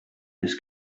this